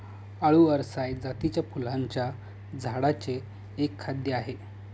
आळु अरसाय जातीच्या फुलांच्या झाडांचे एक खाद्य आहे